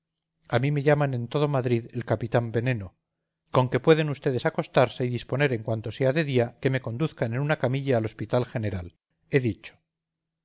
a mí me llaman en todo madrid el capitán veneno conque pueden ustedes acostarse y disponer en cuanto sea de día que me conduzcan en una camilla al hospital general he dicho